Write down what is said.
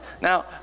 Now